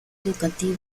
educativo